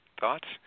thoughts